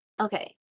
okay